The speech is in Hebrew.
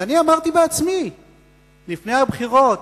ואני עצמי אמרתי לפני הבחירות,